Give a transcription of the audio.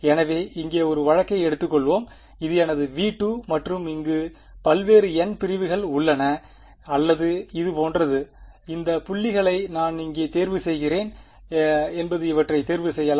எனவே இங்கே ஒரு வழக்கை எடுத்துக்கொள்வோம் இது எனது V2 மற்றும் இங்கு பல்வேறு n பிரிவுகள் உள்ளன அல்லது இது போன்றது இந்த புள்ளிகளை நான் எங்கே தேர்வு செய்கிறேன் என்பது இவற்றை தேர்வு செய்யலாம்